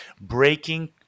Breaking